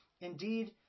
Indeed